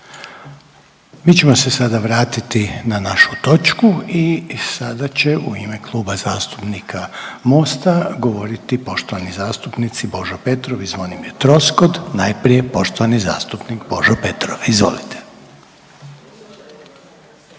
Mi ćemo se sada vratiti na našu točku i sada će u ime Kluba zastupnika Mosta govoriti poštovani zastupnici Božo Petrov i Zvonimir Troskot, najprije poštovani zastupnik Božo Petrov, izvolite.